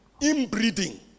inbreeding